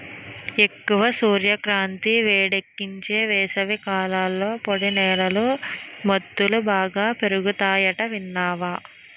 ఎక్కువ సూర్యకాంతి, వేడెక్కించే వేసవికాలంలో పొడి నేలలో మెంతులు బాగా పెరుగతాయట విన్నావా